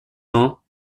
ans